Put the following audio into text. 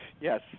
yes